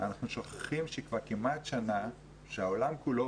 אנחנו שוכחים שכבר כמעט שנה העולם כולו,